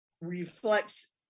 reflects